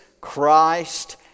Christ